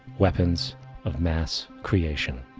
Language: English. weapons of mass creation